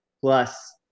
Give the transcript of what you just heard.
plus